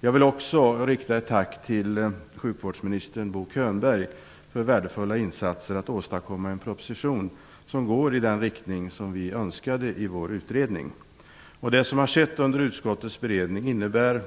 Jag vill också rikta ett tack till sjukvårdsminister Bo Könberg för värdefulla insatser när det gällt att åstadkomma en proposition som går i den riktning som vi i utredningen önskade. Det som har skett under utskottets beredning innebär